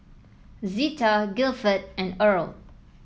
Zetta Gilford and Earle